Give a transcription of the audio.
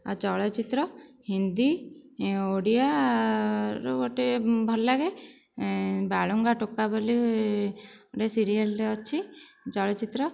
ଆଉ ଚଳଚ୍ଚିତ୍ର ହିନ୍ଦୀ ଓଡ଼ିଆ ରୁ ଗୋଟିଏ ଭଲ ଲାଗେ ବାଳୁଙ୍ଗା ଟୋକା ବୋଲି ଗୋଟିଏ ସିରିଏଲ୍ଟେ ଅଛି ଚଳଚ୍ଚିତ୍ର